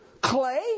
Clay